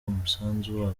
umusanzu